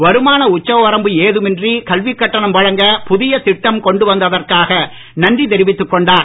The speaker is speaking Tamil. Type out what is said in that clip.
வருமான உச்சவரம்பு ஏதுமின்றி கல்விக் கட்டணம் வழங்கப் புதிய திட்டம் கொண்டு வந்ததற்காக நன்றி தெரிவித்துக் கொண்டார்